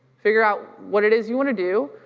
figure out what it is you want to do,